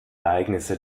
ereignisse